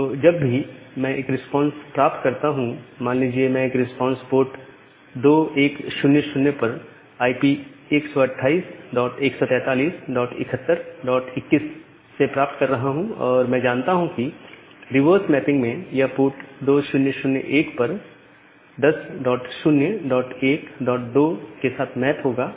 तो जब भी मैं एक रिस्पांस प्राप्त करता हूं मान लीजिए मैं एक रिस्पांस पोर्ट 2100 पर आई पी 1281437121 से प्राप्त कर रहा हूं और मैं जानता हूं कि रिवर्स मैपिंग में यह पोर्ट 2001 पर 10012 के साथ मैप होगा